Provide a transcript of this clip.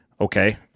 okay